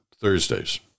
Thursdays